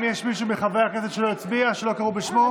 מחברי הכנסת שלא הצביע, שלא קראו בשמו?